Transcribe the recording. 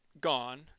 gone